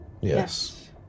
Yes